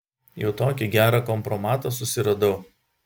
jau tokį gerą kompromatą susiradau